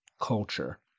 culture